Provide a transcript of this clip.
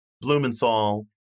Blumenthal